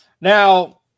Now